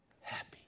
happy